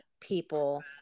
people